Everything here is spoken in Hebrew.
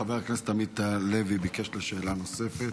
חבר הכנסת עמית הלוי ביקש שאלה נוספת.